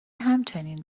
همچنین